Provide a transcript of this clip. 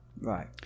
Right